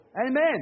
Amen